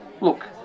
Look